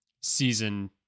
season